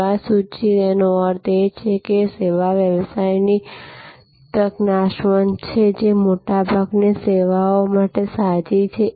સેવા સૂચિતેનો અર્થ એ છે કે સેવા વ્યવસાયની સેવાની તક નાશવંત છે જે મોટાભાગની સેવાઓ માટે સાચી છે